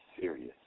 serious